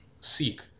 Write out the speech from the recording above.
seek